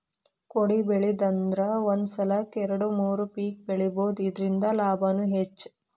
ಕೊಡಿಬೆಳಿದ್ರಂದ ಒಂದ ಸಲಕ್ಕ ಎರ್ಡು ಮೂರು ಪಿಕ್ ಬೆಳಿಬಹುದು ಇರ್ದಿಂದ ಲಾಭಾನು ಹೆಚ್ಚ